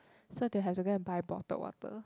so they have to go buy bottled water